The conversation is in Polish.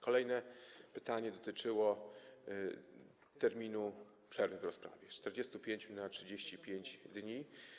Kolejne pytanie dotyczyło terminu przerwy w rozprawie, z 45 na 35 dni.